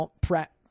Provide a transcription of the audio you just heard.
Pratt